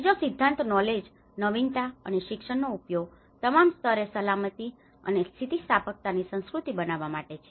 ત્રીજો સિદ્ધાંત નૉલેજ નવીનતા અને શિક્ષણનો ઉપયોગ તમામ સ્તરે સલામતી અને સ્થિતિસ્થાપકતાની સંસ્કૃતિ બનાવવા માટે છે